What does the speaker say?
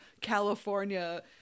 california